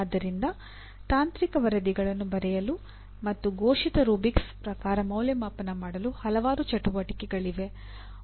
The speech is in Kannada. ಆದ್ದರಿಂದ ತಾಂತ್ರಿಕ ಚಟುವಟಿಕೆಯ ವರದಿಗಳನ್ನು ಬರೆಯಲು ಮತ್ತು ಘೋಷಿತ ರೂಬ್ರಿಕ್ಸ್ ಪ್ರಕಾರ ಮೌಲ್ಯಮಾಪನ ಮಾಡಲು ಹಲವಾರು ಚಟುವಟಿಕೆಗಳಿವೆ